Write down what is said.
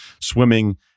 swimming